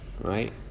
right